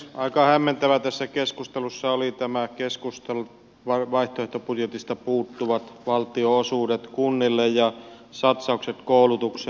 aika hämmentävä tässä keskustelussa olivat nämä keskustan vaihtoehtobudjetista puuttuvat valtionosuudet kunnille ja satsaukset koulutukseen